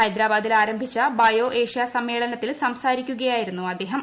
ഹൈദരാബാദിൽ ആരംഭിച്ച bio Asia സമ്മേളനത്തിൽ സംസാരിക്കുകയായിരുന്നു അദ്ദേഹം